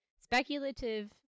speculative